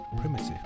primitive